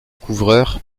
couvreur